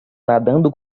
nadando